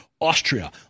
Austria